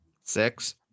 Six